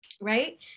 right